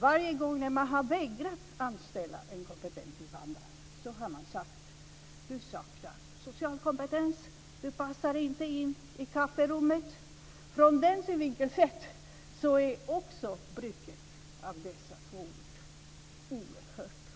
Varje gång när man har vägrat anställa en kompetent invandrare har man sagt: Du saknar social kompetens - du passar inte in i kafferummet. Från den synvinkeln sett är också bruket av dessa två ord oerhört olyckligt.